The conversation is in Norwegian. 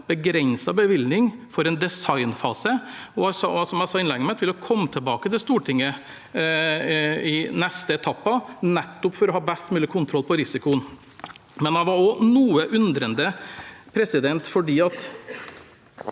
begrenset bevilgning for en designfase. Som jeg sa i innlegget mitt, vil jeg komme tilbake til Stortinget i neste etappe, nettopp for å ha best mulig kontroll på risikoen. Jeg var også noe undrende, for det er ikke